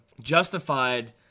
Justified